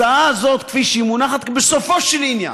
ההצעה הזאת כפי שהיא מונחת, בסופו של עניין,